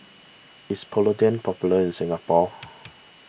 is Polident popular in Singapore